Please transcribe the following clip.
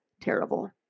terrible